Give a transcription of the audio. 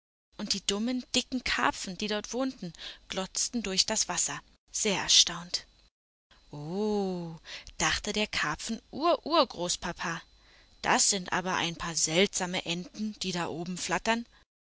und die dummen dicken karpfen die dort wohnten glotzten durch das wasser sehr erstaunt oh dachte der karpfenururgroßpapa das sind aber ein paar seltsame enten die da oben flattern